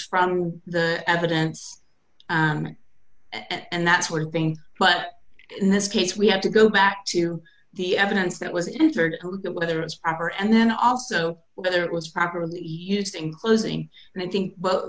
from the evidence and that's one thing but in this case we have to go back to the evidence that was injured whether it's proper and then also whether it was properly used in closing and i think